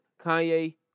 Kanye